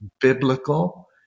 biblical